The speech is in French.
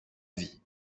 vie